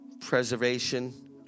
preservation